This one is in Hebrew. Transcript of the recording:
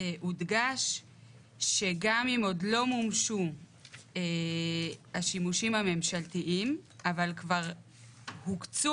הודגש שגם אם עוד לא מומשו השימושים הממשלתיים אבל כבר הוקצו